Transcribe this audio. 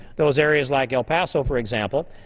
those areas like el paso, for example,